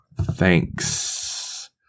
Thanks